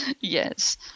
Yes